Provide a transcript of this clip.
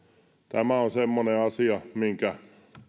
tämä on semmoinen asia minkä